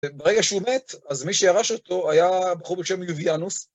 ברגע שהוא מת, אז מי שירש אותו היה בחור בשם יוביאנוס.